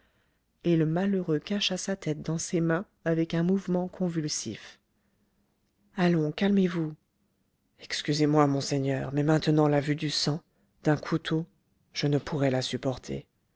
et le malheureux cacha sa tête dans ses mains avec un mouvement convulsif allons calmez-vous excusez-moi monseigneur mais maintenant la vue du sang d'un couteau je ne pourrais la supporter